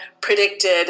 predicted